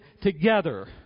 together